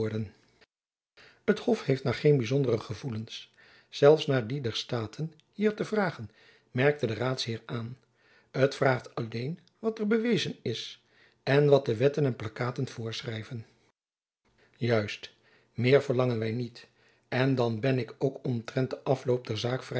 het hof heeft naar geen byzondere gevoelens zelfs naar die der staten hier te vragen merkte de raadsheer aan het vraagt alleen wat er bewezen is en wat de wetten en plakkaten voorschrijven juist meer verlangen wy niet en dan ben ik ook omtrent den afloop der zaak vrij